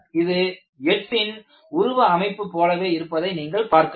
இது எட்டின் உருவ அமைப்பு போலவே இருப்பதை நீங்கள் பார்க்கலாம்